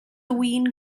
win